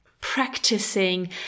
practicing